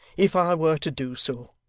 if i were to do so,